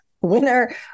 winner